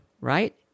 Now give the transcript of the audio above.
right